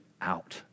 out